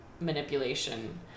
manipulation